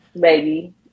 baby